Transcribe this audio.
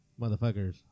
Motherfuckers